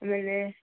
ಆಮೇಲೆ